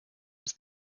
was